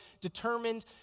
determined